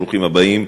ברוכים הבאים,